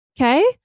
Okay